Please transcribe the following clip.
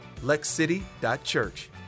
LexCity.Church